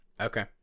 Okay